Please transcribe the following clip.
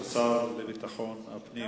השר לביטחון הפנים.